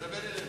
תדבר אלינו.